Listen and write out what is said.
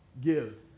give